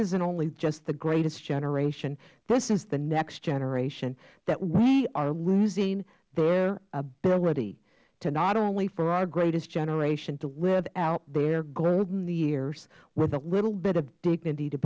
isnt only just the greatest generation this is the next generation that we are losing their ability to not only for our greatest generation to live out their golden years with a little bit of dignity to